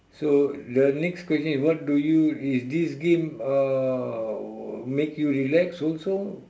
so the next question is what do you is this game uh make you relax also